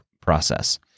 process